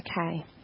Okay